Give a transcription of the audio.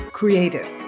creative